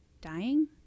dying